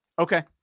Okay